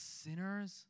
sinners